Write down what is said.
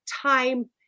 time